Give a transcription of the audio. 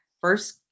first